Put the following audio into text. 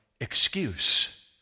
excuse